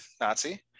nazi